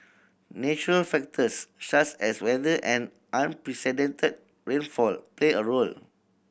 natural factors such as weather and unprecedented rainfall play a role